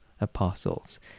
apostles